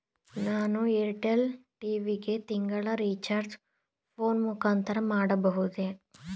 ನಾನು ಏರ್ಟೆಲ್ ಟಿ.ವಿ ಗೆ ತಿಂಗಳ ರಿಚಾರ್ಜ್ ಫೋನ್ ಮುಖಾಂತರ ಮಾಡಬಹುದೇ?